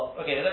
okay